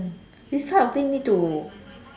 this type of thing need to